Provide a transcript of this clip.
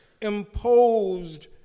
imposed